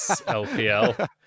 LPL